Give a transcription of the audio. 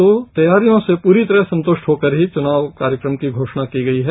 तो तैयारियों से पूरी तरह से संतृष्ट होकर ही चुनाव कार्यक्रम की घोषणा की गई है